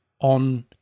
on